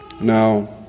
Now